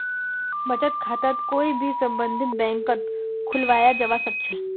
बचत खाताक कोई भी सम्बन्धित बैंकत खुलवाया जवा सक छे